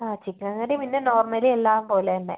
ആ chicken curry പിന്നെ normally എല്ലാം പോലെ തന്നെ